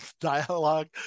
dialogue